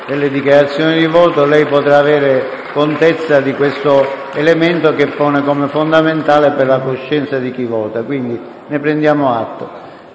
delle dichiarazioni di voto lei potrà avere contezza dell'elemento che pone come fondamentale per la coscienza di chi vota. Quindi, ne prendiamo atto.